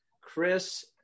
Chris